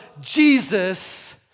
Jesus